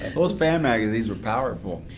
those fan magazines were powerful.